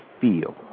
feel